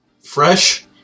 fresh